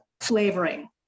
flavoring